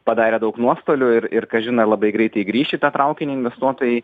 padarė daug nuostolių ir ir kažin ar labai greitai grįš į tą traukinį investuotojai